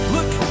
Look